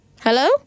Hello